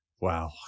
Wow